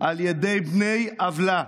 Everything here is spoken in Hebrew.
על ידי בני עוולה.